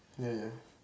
ya ya